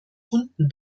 hunden